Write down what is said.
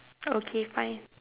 okay fine